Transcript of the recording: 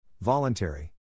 Voluntary